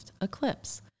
eclipse